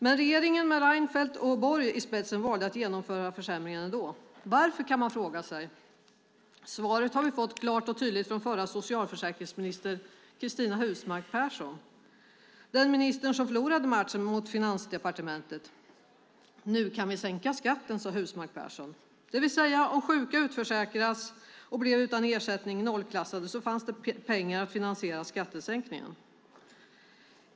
Men regeringen, med Reinfeldt och Borg i spetsen, valde att genomföra försämringen ändå. Varför, kan man fråga sig. Svaret har vi fått klart och tydligt från förra socialförsäkringsministern Cristina Husmark Pehrsson, den minister som förlorade matchen mot Finansdepartementet. Nu kan vi sänka skatten, sade Husmark Pehrsson. Det vill säga att om sjuka utförsäkrades och blev utan ersättning, nollklassades, fanns det pengar till att finansiera skattesänkningarna.